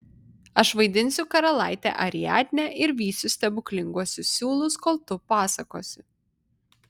aš vaidinsiu karalaitę ariadnę ir vysiu stebuklinguosius siūlus kol tu pasakosi